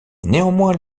néanmoins